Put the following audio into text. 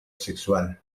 sexual